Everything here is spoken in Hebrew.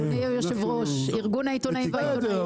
אדוני היושב-ראש, ארגון העיתונאים והעיתונאיות.